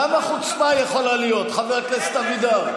כמה חוצפה יכולה להיות, חבר הכנסת אבידר?